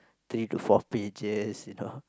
three to four pages you know